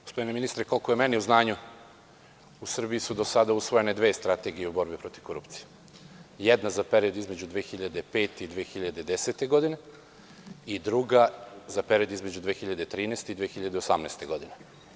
Gospodine ministre, koliko je meni u znanju, u Srbiji su do sada usvojene dve strategije u borbi protiv korupcije, jedna za period između 2005. i 2010. godine, i druga za period između 2013. i 2018. godine.